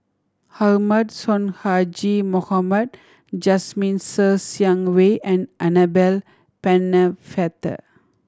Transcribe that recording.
Ahmad Sonhadji Mohamad Jasmine Ser Xiang Wei and Annabel Pennefather